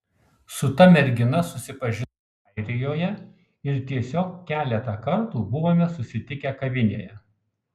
su ta mergina susipažinau airijoje ir tiesiog keletą kartų buvome susitikę kavinėje